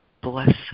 bless